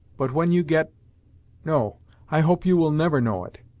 but when you get no i hope you will never know it.